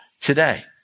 today